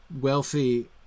wealthy